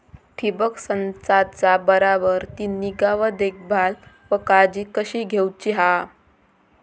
ठिबक संचाचा बराबर ती निगा व देखभाल व काळजी कशी घेऊची हा?